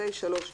לפי